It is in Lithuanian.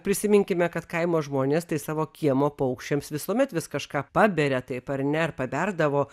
prisiminkime kad kaimo žmonės tai savo kiemo paukščiams visuomet vis kažką paberia taip ar ne ar paberdavo